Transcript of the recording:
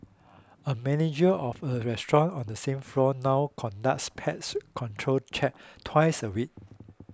a manager of a restaurant on the same floor now conducts pest control checks twice a week